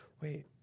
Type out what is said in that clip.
wait